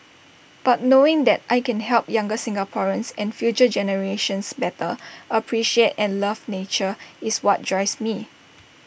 but knowing that I can help younger Singaporeans and future generations better appreciate and love nature is what drives me